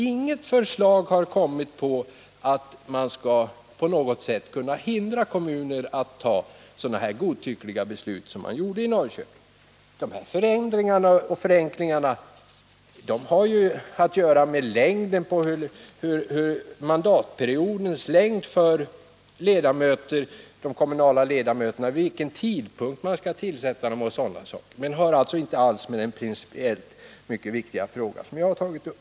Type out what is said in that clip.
Inget förslag har framlagts som innebär att man på något sätt skall kunna hindra kommuner att fatta sådana godtyckliga beslut som man gjorde i Norrköping. Förändringarna och förenklingarna har att göra med mandatperiodens längd för ledamöterna i kommunala organ, vid vilken tidpunkt tillsättandet skall ske och sådana saker. De har inte alls att göra med den principiellt mycket viktiga fråga som jag har tagit upp.